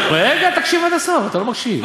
רגע, תקשיב עד הסוף, אתה לא מקשיב.